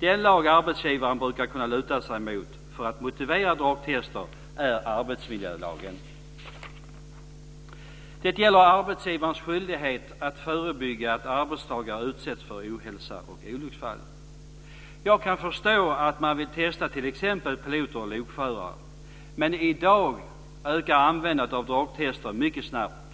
Den lag arbetsgivaren brukar kunna luta sig mot för att motivera drogtest är arbetsmiljölagen. Den gäller arbetsgivarens skyldighet att förebygga att arbetstagare utsätts för ohälsa och olycksfall. Jag kan förstå att man vill testa t.ex. piloter och lokförare. Men i dag ökar användandet av drogtest mycket snabbt.